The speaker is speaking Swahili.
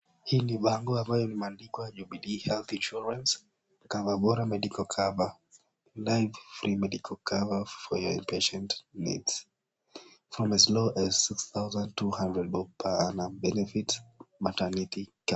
Hii ni bango ambayo imeandikwa Jubilee Health Insurance Cover bora Medical cover, Life Free Medical cover for your inpatient needs From as low as six thousand two hundred bob per annum benefit maternity care .